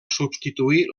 substituir